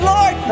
Lord